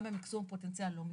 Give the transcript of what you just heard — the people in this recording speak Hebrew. גם במיקסום פוטנציאל לא מתקיים.